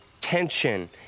tension